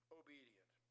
obedient